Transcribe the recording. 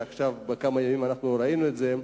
ועכשיו בכמה ימים ראינו את זה,